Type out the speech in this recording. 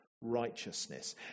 righteousness